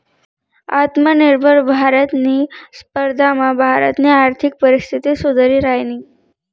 आत्मनिर्भर भारतनी स्पर्धामा भारतनी आर्थिक परिस्थिती सुधरि रायनी